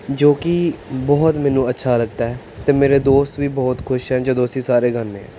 ਜੋ ਕਿ ਬਹੁਤ ਮੈਨੂੰ ਅੱਛਾ ਲੱਗਦਾ ਅਤੇ ਮੇਰੇ ਦੋਸਤ ਵੀ ਬਹੁਤ ਖੁਸ਼ ਹੈ ਜਦੋਂ ਅਸੀਂ ਸਾਰੇ ਗਾਉਂਦੇ ਹਾਂ